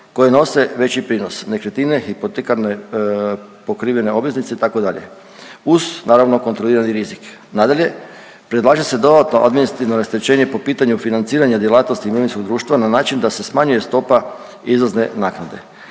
koje nose veći prinos među time hipotekarne pokrivene obveznice itd. uz naravno kontrolirani rizik. Nadalje, predlaže se dodatno administrativno rasterećenje po pitanju financiranja djelatnosti mirovinskog društva na način da se smanjuje stopa izlazne naknade.